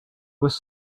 was